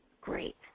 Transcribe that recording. Great